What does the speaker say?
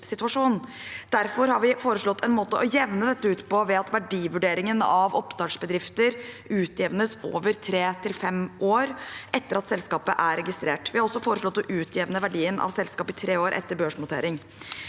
Derfor har vi foreslått en måte å jevne dette ut på ved at verdivurderingen av oppstartsbedrifter utjevnes over tre til fem år etter at selskapet er registrert. Vi har også foreslått å utjevne verdien av selskap i tre år etter børsnotering